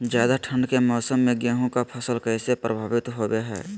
ज्यादा ठंड के मौसम में गेहूं के फसल कैसे प्रभावित होबो हय?